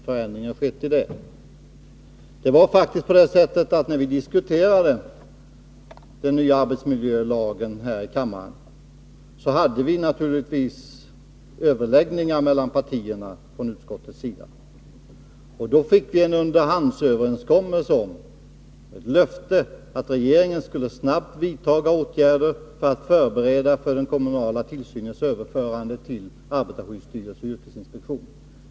Innan den nya arbetsmiljölagen diskuterades här i kammaren hade vi naturligtvis i utskottet överläggningar mellan partierna, och då fick vi under hand ett löfte om att regeringen snabbt skulle vidtaga åtgärder för förberedande av den kommunala tillsynens överförande till arbetarskyddsstyrelsen och yrkesinspektionen.